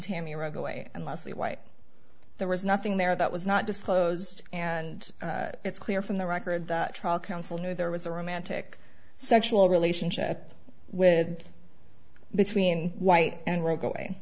tammy right away and leslie white there was nothing there that was not disclosed and it's clear from the record the trial counsel knew there was a romantic sexual relationship with between white and broke away